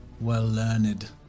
well-learned